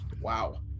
Wow